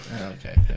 Okay